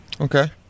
Okay